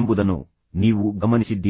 ಎಂಬುದನ್ನು ನೀವು ಗಮನಿಸಿದ್ದೀರಾ